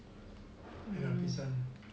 you know bishan